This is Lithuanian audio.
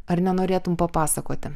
ar nenorėtum papasakoti